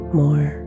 more